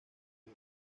una